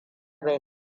bai